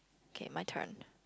K my turn